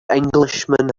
englishman